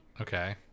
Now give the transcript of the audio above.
Okay